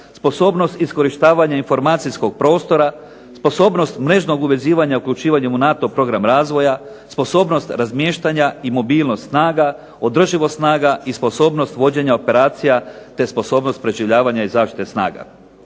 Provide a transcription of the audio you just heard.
sposobnost iskorištavanja informacijskog prostora, sposobnost mrežnog uvezivanja i uključivanjem u NATO program razvoja, sposobnost razmještanja i mobilnost snaga, održivost snaga i sposobnost vođenja operacija, te sposobnost preživljavanja i zaštite snaga.